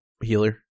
Healer